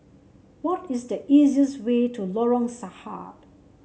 what is the easiest way to Lorong Sarhad